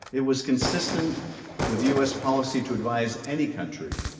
it was consistent with u s. policy to advise any country,